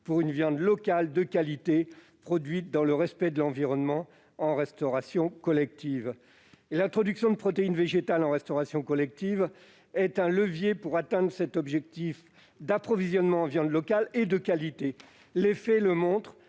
pour une viande locale de qualité et produite dans le respect de l'environnement. L'introduction de protéines végétales en restauration collective est un levier pour atteindre cet objectif d'approvisionnement en viande locale et de qualité. Les faits démontrent